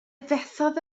fethodd